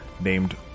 named